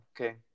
okay